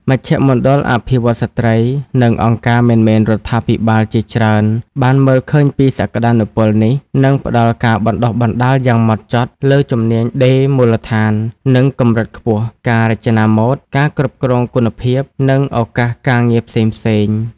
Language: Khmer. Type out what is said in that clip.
មជ្ឈមណ្ឌលអភិវឌ្ឍន៍ស្ត្រី និងអង្គការមិនមែនរដ្ឋាភិបាលជាច្រើនបានមើលឃើញពីសក្តានុពលនេះ និងផ្តល់ការបណ្តុះបណ្តាលយ៉ាងហ្មត់ចត់លើ ជំនាញដេរមូលដ្ឋាន និងកម្រិតខ្ពស់ ការរចនាម៉ូដ ការគ្រប់គ្រងគុណភាព និងឱកាសការងារផ្សេងៗ។